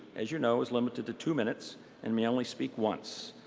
as you know, is limited to two minutes and may only speak once.